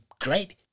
great